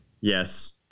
Yes